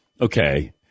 Okay